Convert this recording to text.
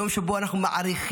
יום שבו אנחנו מעריכים,